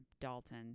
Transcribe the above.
Dalton